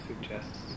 suggests